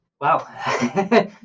Wow